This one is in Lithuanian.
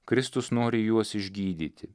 kristus nori juos išgydyti